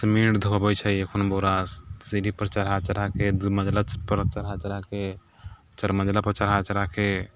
cement ढोअबैत छै अपन बोरा सीढ़ी पर चढ़ा चढ़ाके दू मँजिला पर चढ़ा चढ़ाके चारि मँजिला पर चढ़ा चढ़ाके